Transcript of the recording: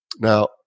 Now